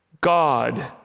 God